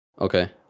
Okay